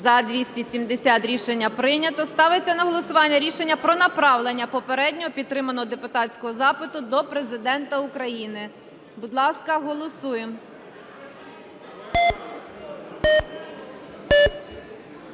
За-270 Рішення прийнято. Ставиться на голосування рішення про направлення попередньо підтриманого депутатського запиту до Президента України. Будь ласка, голосуємо.